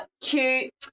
cute